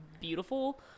beautiful